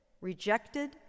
rejected